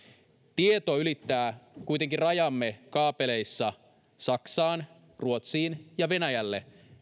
tieto ylittää kuitenkin rajamme kaapeleissa saksaan ruotsiin ja venäjälle